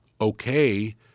okay